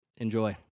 Enjoy